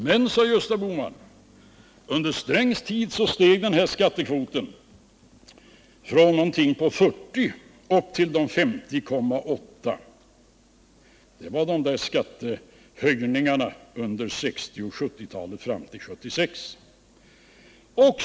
Men, sade Gösta Bohman, under Strängs tid steg skattekvoten från någonting på 40 upp till de 50,8 procenten — det var skattehöjningarna under 1960 och 1970-talen fram till 1976.